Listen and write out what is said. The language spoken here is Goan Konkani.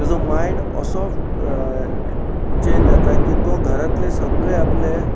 तेजो मायंड असो चेंज जाता की तो घरांतले सगळे आपलें